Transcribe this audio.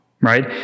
right